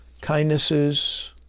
kindnesses